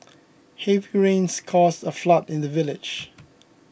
heavy rains caused a flood in the village